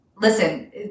listen